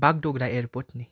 Bagdogra airport नी